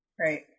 Right